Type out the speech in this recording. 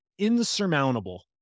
Insurmountable